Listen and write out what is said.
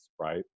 Right